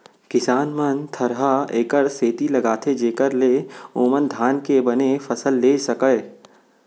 किसान मन थरहा एकर सेती लगाथें जेकर ले ओमन धान के बने फसल लेय सकयँ